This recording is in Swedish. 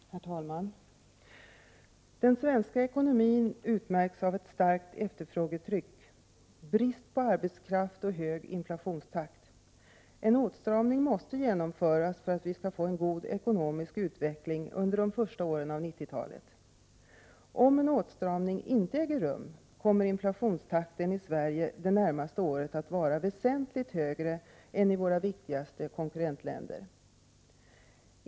Herr talman! Den svenska ekonomin utmärks av ett starkt efterfrågetryck, brist på arbetskraft och hög inflationstakt. En åtstramning måste genomföras för att vi skall få en god ekonomisk utveckling under de första åren av 1990-talet. Om en åtstramning inte äger rum, kommer inflationstakten i Sverige att vara väsentligt högre än i våra viktigaste konkurrentländer.